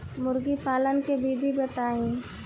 मुर्गी पालन के विधि बताई?